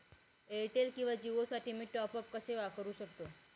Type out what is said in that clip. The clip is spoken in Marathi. एअरटेल किंवा जिओसाठी मी टॉप ॲप कसे करु शकतो?